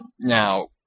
Now